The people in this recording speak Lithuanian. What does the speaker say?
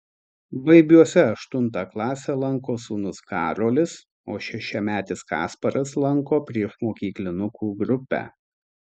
baibiuose aštuntą klasę lanko sūnus karolis o šešiametis kasparas lanko priešmokyklinukų grupę